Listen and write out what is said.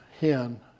hen